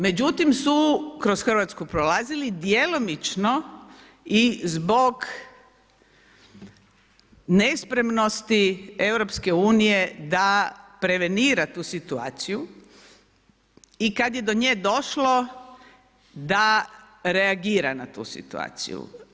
Međutim su kroz Hrvatsku prolazili djelomično i zbog nespremnosti EU da prevenira tu situaciju i kada je do nje došlo da reagira na tu situaciju.